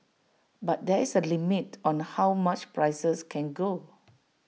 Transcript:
but there is A limit on how much prices can go